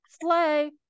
Slay